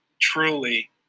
truly